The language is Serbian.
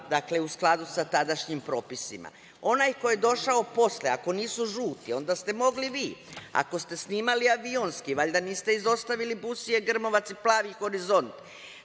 bila u skladu sa tadašnjim propisima. Onaj ko je došao posle, ako nisu žuti, onda ste mogli vi, ako ste snimali avionski, valjda niste izostavili Busije, Grmovac i Plavi Horizont.